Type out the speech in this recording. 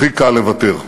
הכי קל לוותר,